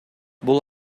бул